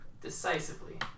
decisively